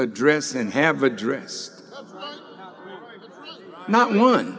address and have address not one